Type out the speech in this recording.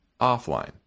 offline